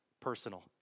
personal